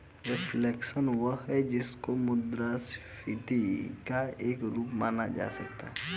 reflation वह है जिसको मुद्रास्फीति का एक रूप माना जा सकता है